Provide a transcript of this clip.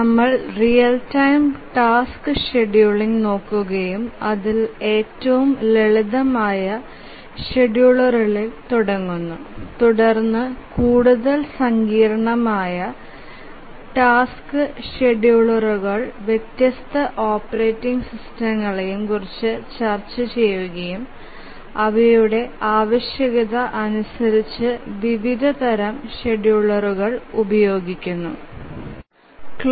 നമ്മൾ real time task scheduling നോക്കുകയും അതിൽ ഏറ്റവും ലളിതമായ ഷെഡ്യൂളറിൽ തുടങ്ങുന്നു തുടർന്ന് കൂടുതൽ സങ്കീർണ്ണമായ ടാസ്ക് ഷെഡ്യൂളറുകളെയും വ്യത്യസ്ത ഓപ്പറേറ്റിംഗ് സിസ്റ്റങ്ങളെയും കുറിച്ച് ചർച്ച ചെയുകയും അവരുടെ സങ്കീർണ്ണതയ്ക്ക് അനുസരിച്ച വിവിധ തരം ഷെഡ്യൂളറുകൾ ഉപയോഗിക്കുകയും ചെയുന്നു